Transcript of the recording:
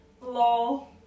Lol